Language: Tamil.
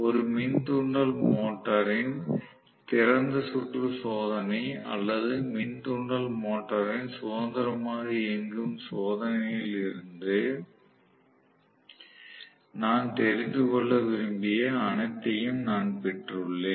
ஒரு மின் தூண்டல் மோட்டரின் திறந்த சுற்று சோதனை அல்லது மின் தூண்டல் மோட்டரின் சுதந்திரமாக இயங்கும் சோதனையிலிருந்து நான் தெரிந்து கொள்ள விரும்பிய அனைத்தையும் நான் பெற்றுள்ளேன்